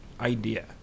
idea